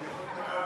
נתקבל.